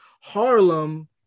Harlem